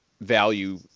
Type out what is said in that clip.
value